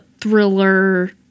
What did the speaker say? thriller